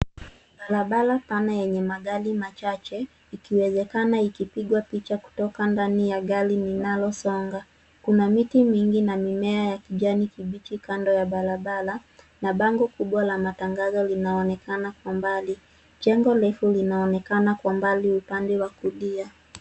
Barabara pana yenye magari machache, ikiwezekana ikipigwa picha kutoka ndani ya gari linalo songa. Kuna miti mingi na mimea ya kijani kibichi kando ya barabara na bango kubwa la matangazo linaonekana kwa mbali. Jengo refu linaonekana kwa mbali upande wa kulia.